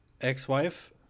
ex-wife